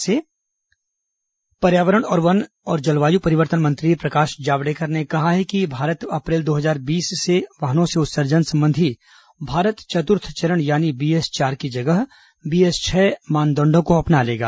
जावडेकर वाहन उत्सर्जन पर्यावरण वन और जलवायु परिवर्तन मंत्री प्रकाश जावड़ेकर ने कहा है कि भारत अप्रैल दो हजार बीस से वाहनों से उत्सर्जन संबंधी भारत चतुर्थ चरण यानी बीएस चार की जगह बीएस छह मानदण्डों को अपना लेगा